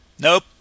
Nope